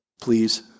Please